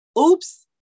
Oops